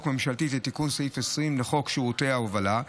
ממשלתית לתיקון סעיף 20 לחוק שירותי ההובלה.